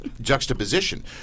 juxtaposition